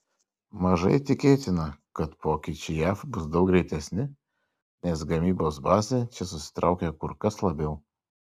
mažai tikėtina kad pokyčiai jav bus daug greitesni nes gamybos bazė čia susitraukė kur kas labiau